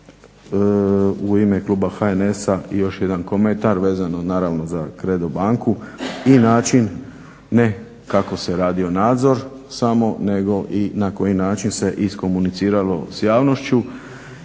u ime kluba HNS-a i još jedan komentar, vezano naravno za Credo banku i način, ne kako se radio nadzor samo, nego i na koji način se iskomuniciralo s javnošću,